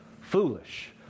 foolish